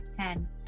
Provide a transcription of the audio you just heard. ten